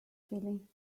feeling